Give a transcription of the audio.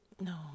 No